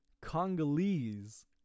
Congolese